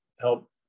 help